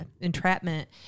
entrapment